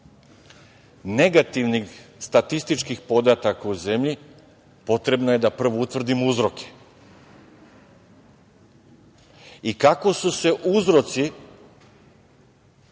negativnih statističkih podataka u zemlji, potrebno je da prvo utvrdimo uzroke i kako su se uzroci